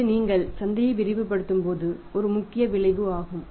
இது நீங்கள் சந்தையை விரிவுபடுத்தும்போது ஒரு முக்கிய விளைவு ஆகும்